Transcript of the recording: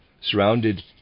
surrounded